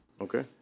Okay